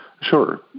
sure